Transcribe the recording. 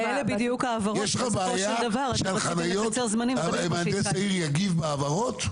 יש לך בעיה שעל חניות מהנדס העיר יגיב בהבהרות?